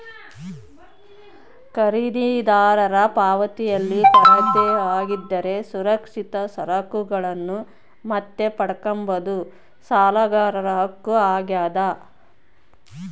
ಖರೀದಿದಾರರ ಪಾವತಿಯಲ್ಲಿ ಕೊರತೆ ಆಗಿದ್ದರೆ ಸುರಕ್ಷಿತ ಸರಕುಗಳನ್ನು ಮತ್ತೆ ಪಡ್ಕಂಬದು ಸಾಲಗಾರರ ಹಕ್ಕು ಆಗ್ಯಾದ